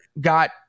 got